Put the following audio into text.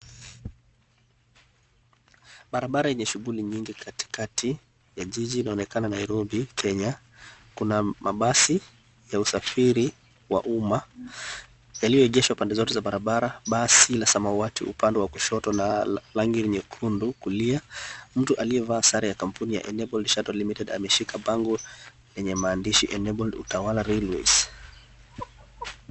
Barabara yeney shughuli nyingi katikati ya jiji inaonekana Nairobi, Kenya. Kuna mabasi ya usafiri wa umma yaliyoegeshwa pande zote za barabara basi la samawati uoande wa kushoto na la rangi nyekundu kulia. Mtu aliyevaa sare ya kampuni ya Enabled Shuttle Limited ameshika bango lenye maandishi Enabled Utawala Railways.